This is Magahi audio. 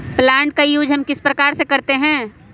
प्लांट का यूज हम किस प्रकार से करते हैं?